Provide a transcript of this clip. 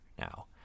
now